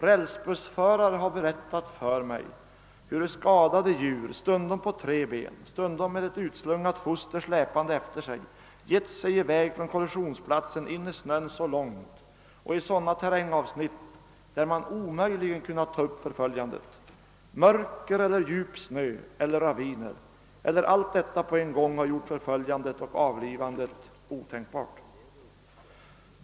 Rälsbussförare har berättat för mig, hur skadade djur, stundom på tre ben, stundom med ett utslungat foster släpande efter sig, gett sig i väg från kollisionsplatsen in i snön så långt och i sådana terrängavsnitt, att man omöjligen kunnat ta upp förföljandet. Mörker eller djup snö eller raviner eller allt detta på en gång har gjort förföljandet och avlivandet otänkbart.